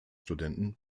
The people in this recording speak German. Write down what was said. studenten